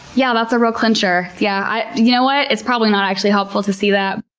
yeah that's a real clincher. yeah. you know what? it's probably not actually helpful to see that.